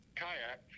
kayak